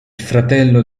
fratello